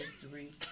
history